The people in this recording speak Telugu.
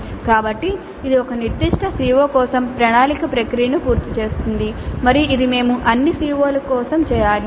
కాబట్టి ఇది ఒక నిర్దిష్ట CO కోసం ప్రణాళిక ప్రక్రియను పూర్తి చేస్తుంది మరియు ఇది మేము అన్ని CO ల కోసం చేయాలి